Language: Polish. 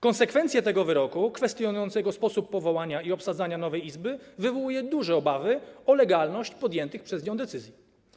Konsekwencje tego wyroku, kwestionującego sposób powoływania i obsadzania nowej izby, wywołują duże obawy o legalność podjętych przez nią decyzji.